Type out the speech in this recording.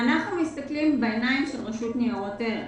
אנחנו מסתכלים בעיניים של רשות ניירות ערך.